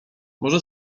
może